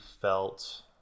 felt